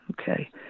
Okay